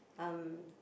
um